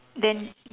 then